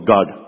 God